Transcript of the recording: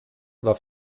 war